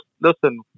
listen